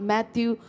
Matthew